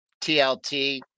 TLT